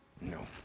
No